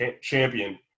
champion